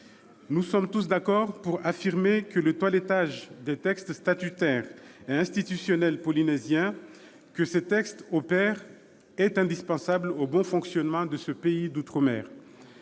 Nous sommes tous d'accord pour affirmer que le toilettage des textes statutaires et institutionnels polynésiens opéré par les deux projets de loi est indispensable au bon fonctionnement de ce pays d'outre-mer.